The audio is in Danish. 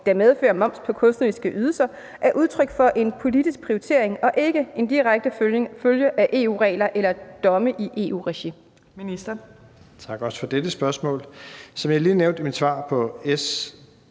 der medfører moms på kunstneriske ydelser, er udtryk for en politisk prioritering og ikke er en direkte følge af EU-regler eller domme i EU-regi?